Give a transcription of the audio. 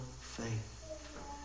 faith